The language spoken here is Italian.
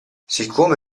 siccome